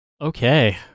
Okay